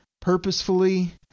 purposefully